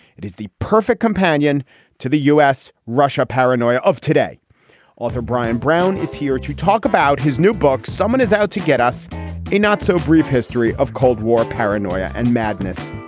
it is the perfect companion to the u s. russia paranoia of today author brian brown is here to talk about his new book someone is out to get us a not so brief history of cold war paranoia and madness